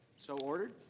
so ordered.